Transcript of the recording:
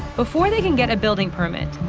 before they can get a building permit,